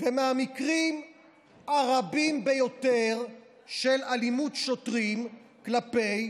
ומהמקרים הרבים ביותר של אלימות שוטרים כלפי